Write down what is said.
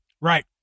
Right